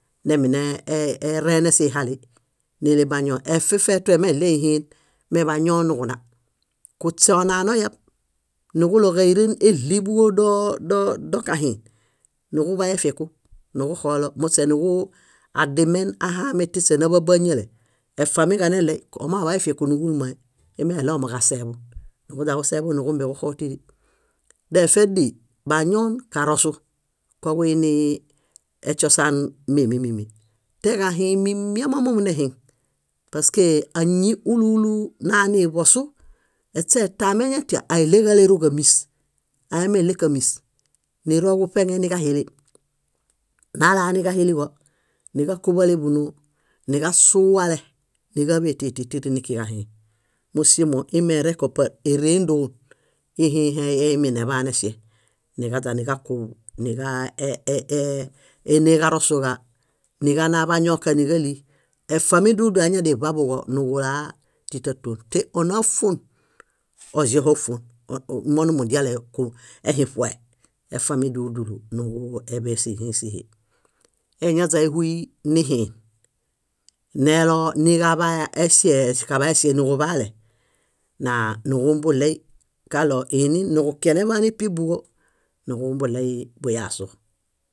. Nembene e- e- rene sihali, néle bañoo. Efefetue meɭie ihiin. Meḃañoo niġuna. Kuśe ona noyab niġuɭo ġáiren éɭiḃuġ doo- dokahiin, niġuḃay efieku niġuxoolo, muśe adimen ahaami tiśe naḃabo áñiale, efamiġa neɭey. Omaḃay efieku níġulumae: imeɭomo ġaseeḃun. Niġuźaniġuseeḃuu níġumbe niġuxo tíri. Defet díi, bañon, kaarosu, koġuinii eśosaan mimi mími. Teġahiin min míamamom nehiŋ paske áñi úlu úlu naniḃosu, eśetã meñatia, aiɭeġarelo ġámis. Aemeɭe kámis, niro ġuṗeŋe niġahili, nalaa niġahiliġo, niġakuḃale búnoo, niġasu wale niíġaḃe títitiri nikiġahiin. Músimo imerẽko par ére éndoon ihĩihe eimineḃaan eŝe. Niġaźaniġakub, niġaa e- e- éne ġarosuġa, niġana bañoka níġali. Efami dúlu dúlu añadiniḃaḃuġo niġulaa títatuon. Teona ófuon, oĵeho ófuon, monimudiale ehiŋ ṗuoe, efami dúlu dúlu níġuḃe síhĩi síhi. Eñaźa éhuy nihiin, nelo niġaḃa eŝehe kaḃaeŝe niġuḃale, naaniġumbuɭey kaɭo iinin niġukiel eḃaan épieḃuġo, niġumbuɭey buyaasu.